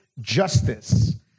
justice